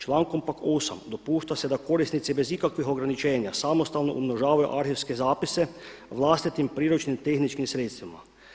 Člankom pak 8. dopušta se da korisnici bez ikakvih ograničenja samostalno umnožavaju arhivske zapise vlastitim priručnim tehničkim sredstvima.